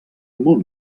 món